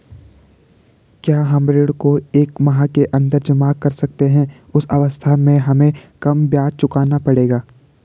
क्या हम ऋण को एक माह के अन्दर जमा कर सकते हैं उस अवस्था में हमें कम ब्याज चुकाना पड़ेगा?